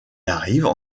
arrivent